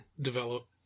develop